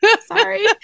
Sorry